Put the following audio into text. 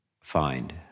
find